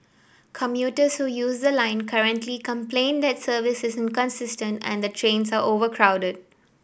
commuters who use the line currently complain that services is inconsistent and that trains are overcrowded